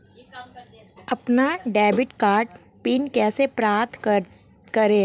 अपना debit card PIN कैसे प्राप्त करें?